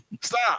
Stop